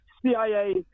CIA